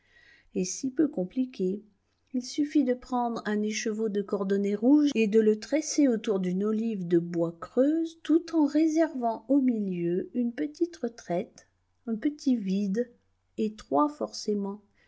et si peu compliqué il suffit de prendre un écheveau de cordonnet rouge et de le tresser autour d'une olive de bois creuse tout en réservant au milieu une petite retraite un petit vide étroit forcément